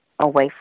away